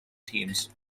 teams